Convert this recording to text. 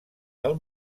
del